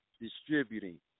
distributing